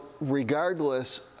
regardless